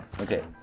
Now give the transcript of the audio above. Okay